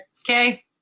Okay